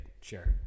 Sure